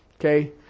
Okay